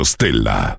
Stella